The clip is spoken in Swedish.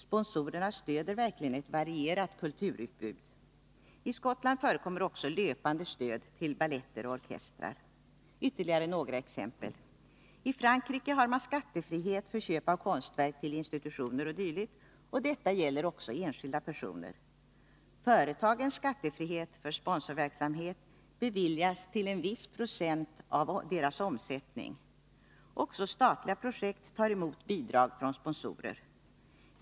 Sponsorerna stöder verkligen ett varierat kulturutbud. I Skottland förekommer också löpande stöd till baletter och orkestrar. Ytterligare några exempel: I Frankrike har man skattefrihet för köp av konstverk till institutioner o.d. Detta gäller också enskilda personer. Företagens skattefrihet för sponsorverksamhet beviljas till en viss procent av deras omsättning. Också statliga projekt tar emot bidrag från sponsorer.